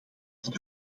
dat